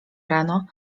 rano